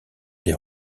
des